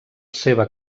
seva